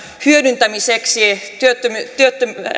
hyödyntämiseksi työttömyysturvan